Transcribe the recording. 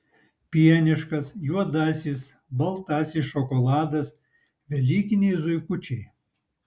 pieniškas juodasis baltasis šokoladas velykiniai zuikučiai